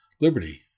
Liberty